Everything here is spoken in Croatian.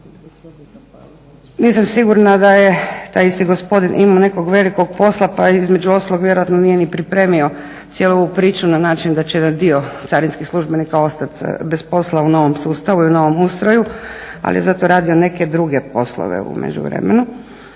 Nisam siguran da je taj isti gospodin imao nekog velikog posla pa između ostalog vjerojatno nije ni pripremio cijelu ovu priču na način da će jedan dio carinskih službenika ostati bez posla u novom sustavu i u novom ustroju ali je zato radio neke druge poslove u međuvremenu